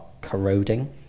corroding